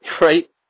right